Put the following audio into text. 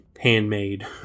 handmade